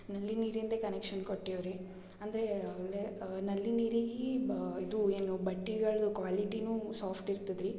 ನಲ್ಲಿ ನೀರಿನದ್ದೇ ಕನೆಕ್ಷನ್ ಕೊಟ್ಟೀವಿ ರೀ ಅಂದರೆ ಅಲ್ಲೇ ನಲ್ಲಿ ನೀರಿಗಿ ಬ ಇದು ಏನು ಬಟ್ಟಿಗಳು ಕ್ವಾಲಿಟಿನೂ ಸಾಫ್ಟ್ ಇರ್ತದೆ ರೀ